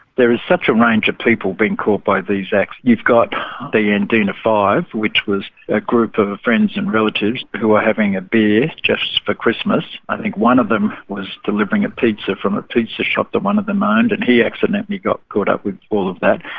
there is such a range of people being caught by these acts. you've got the yandina five, which was a group of of friends and relatives who were having a beer, just for christmas. i think one of them was delivering a pizza from a pizza shop that one of them owned, and he accidentally got caught up with all of that.